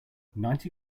ninety